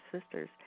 sisters